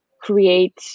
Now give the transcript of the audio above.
create